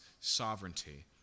sovereignty